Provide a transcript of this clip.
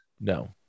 No